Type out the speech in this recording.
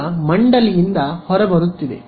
ಈಗ ಮಂಡಳಿಯಿಂದ ಹೊರಬರುತ್ತಿದೆ